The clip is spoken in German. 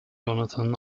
jonathan